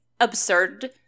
absurd